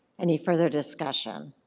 any further discussion?